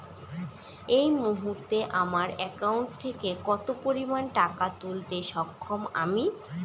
এই মুহূর্তে আমার একাউন্ট থেকে কত পরিমান টাকা তুলতে সক্ষম আমি?